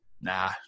nah